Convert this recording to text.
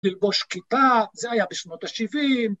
‫ללבוש כיפה, זה היה בסנות ה-70.